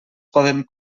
poden